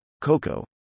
Coco